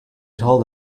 told